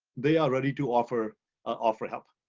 they are ready to offer offer help.